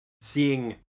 seeing